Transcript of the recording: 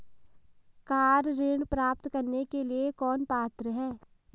Car ऋण प्राप्त करने के लिए कौन पात्र है?